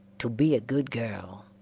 to be a good girl,